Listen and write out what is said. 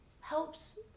helps